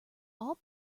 all